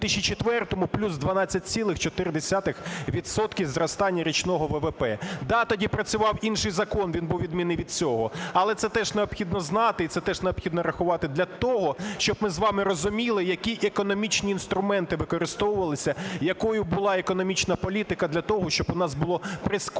в 2004 – плюс 12,4 відсотка зростання річного ВВП. Да, тоді працював інший закон, він був відмінний від цього, але це теж необхідно знати і це теж необхідно рахувати для того, щоб ми з вами розуміли, які економічні інструменти використовувалися, якою була економічна політика для того, щоб у нас було прискорене